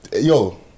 Yo